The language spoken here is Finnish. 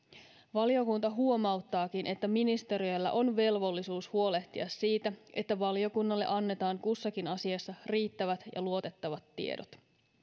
valiokunta huomauttaakin että ministeriöllä on velvollisuus huolehtia siitä että valiokunnalle annetaan kussakin asiassa riittävät ja luotettavat tiedot